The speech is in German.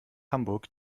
hamburg